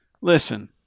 listen